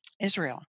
Israel